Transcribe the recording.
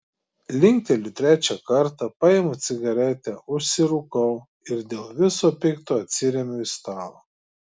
linkteliu trečią kartą paimu cigaretę užsirūkau ir dėl viso pikto atsiremiu į stalą